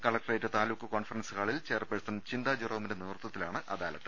collectorate taluk conference ഹാളിൽ chairperson Chintha ജെറോമിന്റെ നേതൃത്വത്തിലാണ് അദാലത്ത്